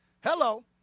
hello